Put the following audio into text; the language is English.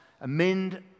amend